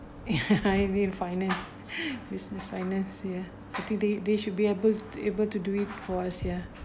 refinance business finance uh I think they they should be able able to do it for us ya